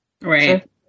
Right